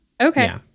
Okay